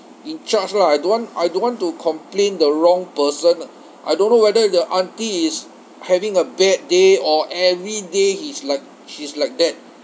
in charge lah I don't want I don't want to complain the wrong person I don't know whether if the aunty is having a bad day or everyday he's like she's like that